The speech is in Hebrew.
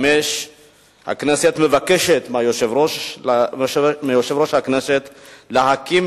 5. הכנסת מבקשת מיושב-ראש הכנסת להקים